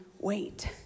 wait